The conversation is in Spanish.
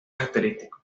característicos